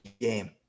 game